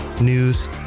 news